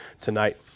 tonight